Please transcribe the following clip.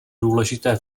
důležité